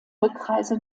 rückreise